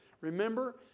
Remember